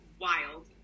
wild